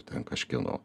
ten kažkieno